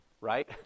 right